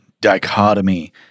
dichotomy